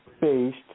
based